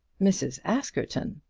mrs. askerton!